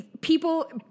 people